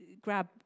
grab